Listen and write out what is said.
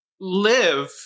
live